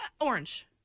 orange